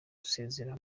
gusezera